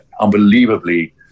unbelievably